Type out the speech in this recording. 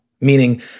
meaning